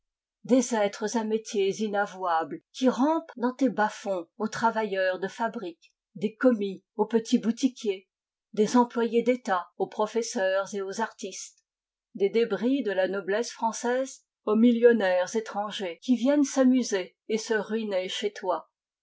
des êtres à métiers inavouables qui rampent dans tes bas-fonds aux travailleurs de fabrique des commis aux petits boutiquiers des employés d'etat aux professeurs et aux artistes des débris de la noblesse française aux millionnaires étrangers qui viennent s'amuser et se ruiner